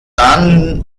dann